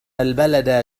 البلد